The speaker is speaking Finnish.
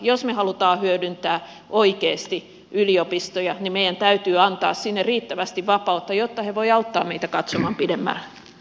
jos me haluamme hyödyntää oikeasti yliopistoja meidän täytyy antaa sinne riittävästi vapautta jotta ne voivat auttaa meitä katsomaan pidemmälle